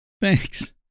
Thanks